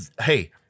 hey